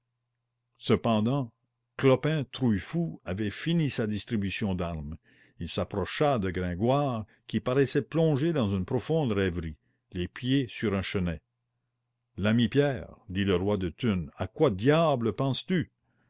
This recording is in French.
cependant clopin trouillefou avait fini sa distribution d'armes il s'approcha de gringoire qui paraissait plongé dans une profonde rêverie les pieds sur un chenet l'ami pierre dit le roi de thunes à quoi diable penses-tu